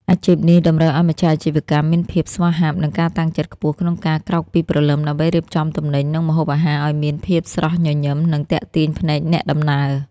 អាជីពនេះតម្រូវឱ្យម្ចាស់អាជីវកម្មមានភាពស្វាហាប់ និងការតាំងចិត្តខ្ពស់ក្នុងការក្រោកពីព្រលឹមដើម្បីរៀបចំទំនិញ និងម្ហូបអាហារឱ្យមានភាពស្រស់ញញឹម និងទាក់ទាញភ្នែកអ្នកដំណើរ។